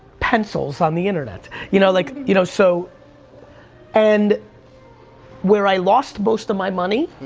pencils on the internet? you know like you know so and where i lost most of my money,